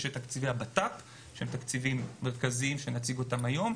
יש את תקציבי הבט"פ שהם תקציבים מרכזיים שנציג אותם היום,